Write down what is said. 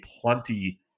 plenty